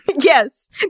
Yes